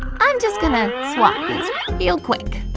i'm just gonna swap these real quick,